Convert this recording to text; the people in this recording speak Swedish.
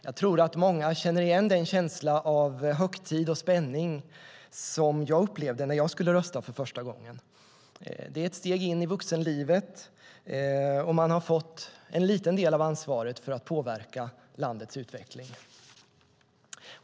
Jag tror att många känner igen den känsla av högtid och spänning som jag upplevde när jag skulle rösta för första gången. Det är ett steg in i vuxenlivet. Man har fått en liten del av ansvaret för att påverka landets utveckling.